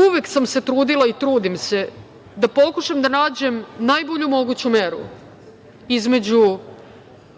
uvek sam se trudila i trudim se da pokušam da nađem najbolju moguću meru između